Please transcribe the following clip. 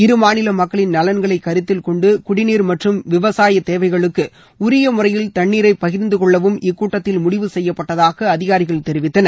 இரு மாநில மக்களின் நலன்களை கருத்தில் கொண்டு குடிநீர் மற்றும் விவசாய தேவைகளுக்கு உரிய முறையில் தண்ணீரை பகிர்ந்து கொள்ளவும் இக்கூட்டத்தில் முடிவு செய்யப்பட்டதாக அதிகாரிகள் தெரிவித்தனர்